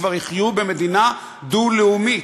כבר יחיו במדינה דו-לאומית.